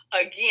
again